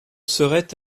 serait